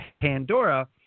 Pandora